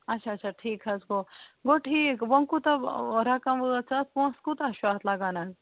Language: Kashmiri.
اچھا اچھا ٹھیٖک حظ گوٚو گوٚو ٹھیٖک وٕ کوٗتاہ رَقم وٲژ اَتھ پونٛسہٕ کوٗتاہ چھُ اَتھ لَگانَن